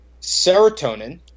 serotonin